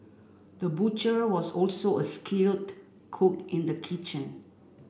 the butcher was also a skilled cook in the kitchen